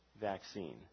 vaccine